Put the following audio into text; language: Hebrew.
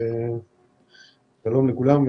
שלום לכולם.